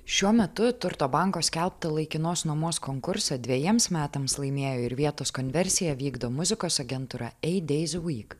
šiuo metu turto banko skelbtą laikinos nuomos konkursą dvejiems metams laimėjo ir vietos konversiją vykdo muzikos agentūra eideizivyk